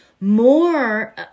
more